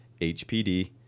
HPD